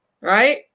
right